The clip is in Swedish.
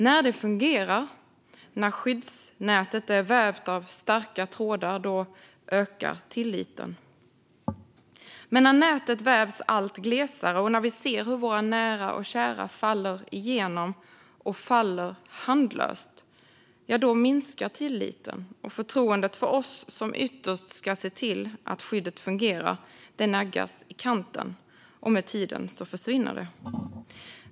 När det fungerar, när skyddsnätet är vävt av starka trådar, ökar tilliten. Men när nätet vävs allt glesare och vi ser hur nära och kära faller igenom och faller handlöst, då minskar tilliten. Förtroendet för oss, som ytterst ska se till att skyddet fungerar, naggas i kanten. Med tiden försvinner det.